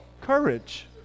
Courage